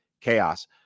chaos